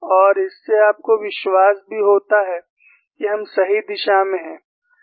और इससे आपको विश्वास भी होता है कि हम सही दिशा में हैं